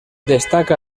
destaca